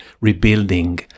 rebuilding